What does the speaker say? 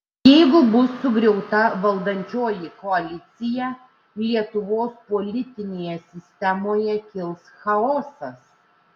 jeigu bus sugriauta valdančioji koalicija lietuvos politinėje sistemoje kils chaosas